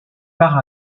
par